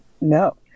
No